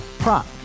Prop